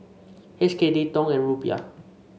H K D Dong and Rupiah